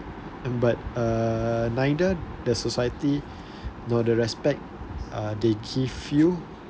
and but uh neither the society you know the respect uh they give you